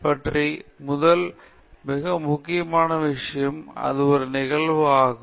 இது பற்றி முதல் மற்றும் மிக முக்கியமான விஷயம் இது ஒரு நிகழ்வு ஆகும்